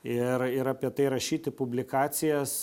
ir ir apie tai rašyti publikacijas